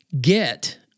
get